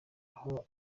aho